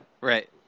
right